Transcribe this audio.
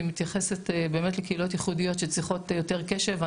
היא מתייחסת באמת לקהילות ייחודיות שצריכות יותר קשב,